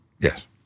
Yes